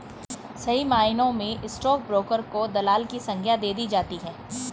सही मायनों में स्टाक ब्रोकर को दलाल की संग्या दे दी जाती है